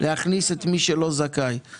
להכניס את מי שלא זכאי,